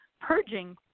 purging